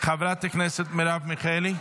חברת הכנסת מרב מיכאלי,